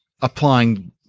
applying